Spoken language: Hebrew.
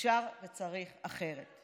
אפשר וצריך אחרת.